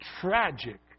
tragic